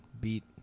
beat